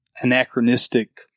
anachronistic